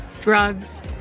drugs